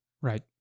Right